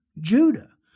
Judah